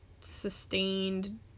sustained